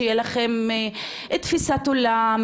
שיהיה לכם את תפיסת עולם,